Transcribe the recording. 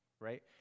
right